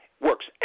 Works